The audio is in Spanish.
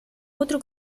otro